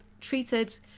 treated